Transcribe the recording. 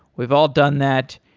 we've all done that,